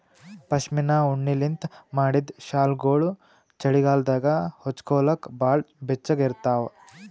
ಪಶ್ಮಿನಾ ಉಣ್ಣಿಲಿಂತ್ ಮಾಡಿದ್ದ್ ಶಾಲ್ಗೊಳು ಚಳಿಗಾಲದಾಗ ಹೊಚ್ಗೋಲಕ್ ಭಾಳ್ ಬೆಚ್ಚಗ ಇರ್ತಾವ